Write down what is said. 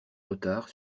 retard